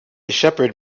shepherd